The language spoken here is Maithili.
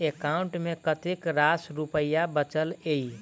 एकाउंट मे कतेक रास रुपया बचल एई